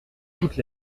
toutes